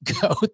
go